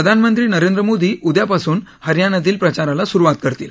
प्रधानमंत्री नरेंद्र मोदी उद्यापासून हरियाणातील प्रचाराला सुरुवात करतील